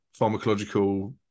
pharmacological